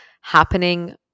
happening